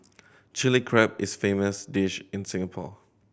Chilli Crab is a famous dish in Singapore